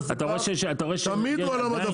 חלב מפוקח תמיד הוא על המדפים.